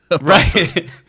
Right